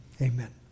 amen